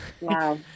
Wow